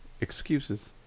Excuses